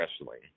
wrestling